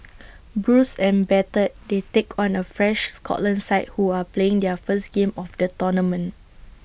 bruised and battered they take on A fresh Scotland side who are playing their first game of the tournament